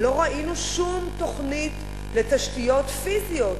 לא ראינו שום תוכנית לתשתיות פיזיות